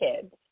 kids